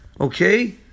okay